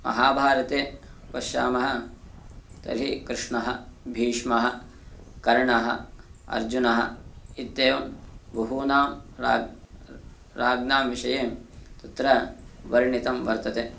महाभारते पश्यामः तर्हि कृष्णः भीष्मः कर्णः अर्जुनः इत्येवं बहूनां राग् राज्ञां विषये तत्र वर्णितं वर्तते